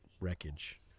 wreckage